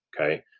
okay